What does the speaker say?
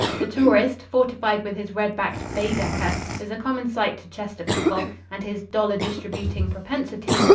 the tourist, fortified with his red-backed baedecker, is a common sight to chester people, and his dollar-distributing propensity,